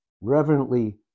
reverently